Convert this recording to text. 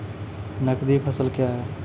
नगदी फसल क्या हैं?